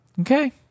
Okay